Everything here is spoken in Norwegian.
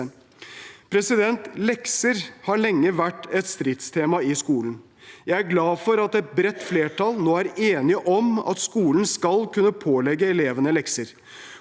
ledelse. Lekser har lenge vært et stridstema i skolen. Jeg er glad for at et bredt flertall nå er enige om at skolen skal kunne pålegge elevene lekser.